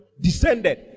Descended